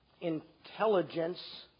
intelligence